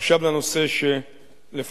עכשיו לנושא שלפנינו,